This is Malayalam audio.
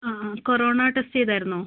ആ ആ കൊറോണ ടെസ്റ്റ് ചെയ്തായിരുന്നോ